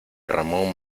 ramón